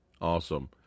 awesome